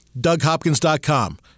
DougHopkins.com